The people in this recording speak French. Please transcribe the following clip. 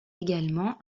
également